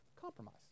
compromise